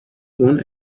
one